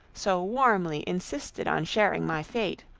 so warmly insisted on sharing my fate,